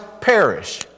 perish